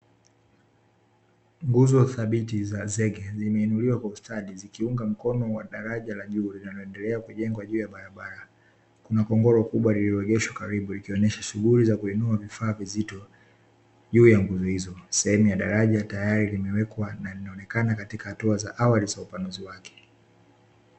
Nguzo thabiti za zege zimeinuliwa kwa ustadi zikiunga mkono wa daraja la juu linaloendelea kujengwa juu ya barabara. Kuna kongoro kubwa lililoegeshwa juu ya barabara, likionyesha kwamba shughuli za kuinua vitu vizito juu ya nguzo hizo. Sehemu ya daraja tayari imewekwa, na imeonekana katika hatua za awali za upanuzi wake.